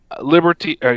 liberty